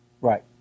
Right